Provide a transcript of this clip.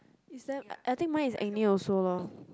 is them I think mine is acne also lor